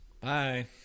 Bye